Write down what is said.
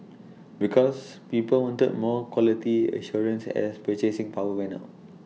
because people wanted more quality assurance as purchasing power went up